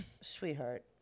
sweetheart